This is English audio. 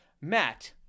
matt